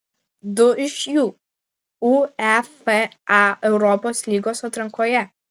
du iš jų uefa europos lygos atrankoje